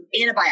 Antibiotic